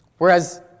Whereas